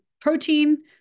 protein